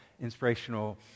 inspirational